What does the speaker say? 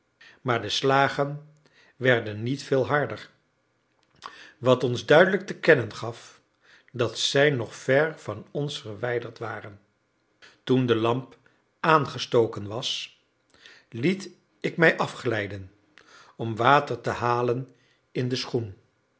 maar de slagen werden niet veel harder wat ons duidelijk te kennen gaf dat zij nog ver van ons verwijderd waren toen de lamp aangestoken was liet ik mij afglijden om water te halen in de schoen